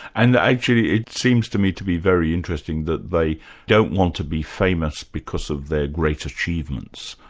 and actually it seems to me to be very interesting that they don't want to be famous because of their great achievements.